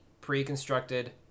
pre-constructed